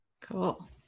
Cool